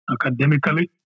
academically